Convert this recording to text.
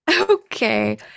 Okay